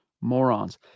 morons